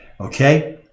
Okay